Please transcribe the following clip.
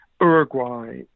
Uruguay